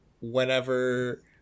whenever